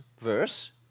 verse